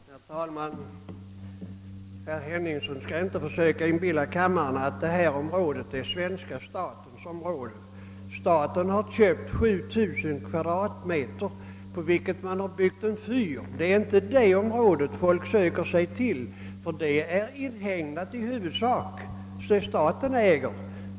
Herr talman! Herr Henningsson skall inte försöka inbilla kammaren att detta är svenska statens område. Staten har köpt ca 7000 kvadratmeter, på vilket man har byggt en fyr. Det är inte det området folk söker sig till; det är i huvudsak inhägnat.